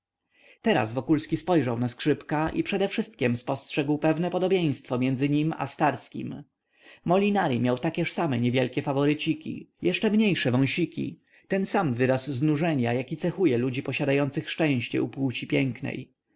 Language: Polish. teraz wokulski spojrzał na skrzypka i przedewszystkiem spostrzegł pewne podobieństwo między nim i starskim molinari miał takież same niewielkie faworyciki jeszcze mniejsze wąsiki ten sam wyraz znużenia jaki cechuje ludzi posiadających szczęście u płci pięknej